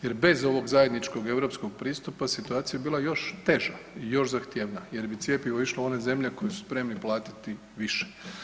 Jer bez ovog zajedničkog europskog pristupa situacija je bila još teža, još zahtjevnija jer bi cjepivo išlo u one zemlje koje su spremne platiti više.